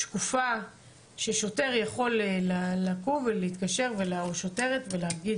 כך ששוטר יכול לקום ולהתקשר ולהגיד: